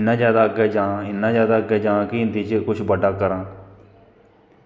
इ'न्ना ज्यादा अग्गैं इ'न्ना ज्यादा अग्गैं जां कि हिंदी च कुछ बड्डा करां